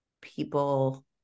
people